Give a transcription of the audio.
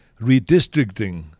redistricting